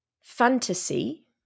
Fantasy